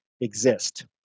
exist